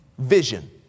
Vision